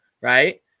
right